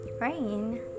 Rain